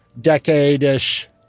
decade-ish